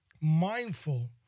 mindful